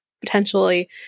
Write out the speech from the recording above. potentially